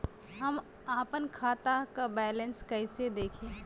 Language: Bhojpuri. हम आपन खाता क बैलेंस कईसे देखी?